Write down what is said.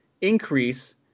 increase